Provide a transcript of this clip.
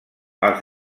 els